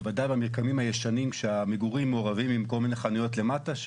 בוודאי במרקמים הישנים שהמגורים מעורבים ויש כל מיני חנויות למטה,